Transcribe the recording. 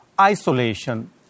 isolation